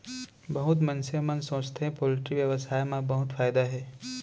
बहुत मनसे मन सोचथें पोल्टी बेवसाय म बहुत फायदा हे